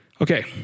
Okay